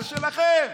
זה שלכם.